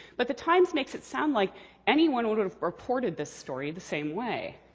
but the times makes it sound like anyone would have reported this story the same way.